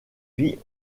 vicaire